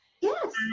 Yes